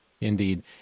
Indeed